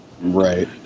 Right